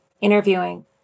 interviewing